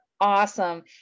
Awesome